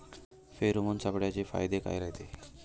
Pheromone सापळ्याचे फायदे काय रायते?